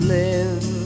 live